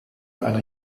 einer